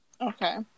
Okay